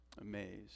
amazed